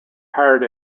hired